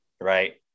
right